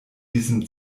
diesem